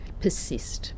persist